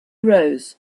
rose